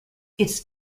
its